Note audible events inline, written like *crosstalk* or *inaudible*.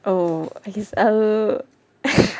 oh oh he's a *noise*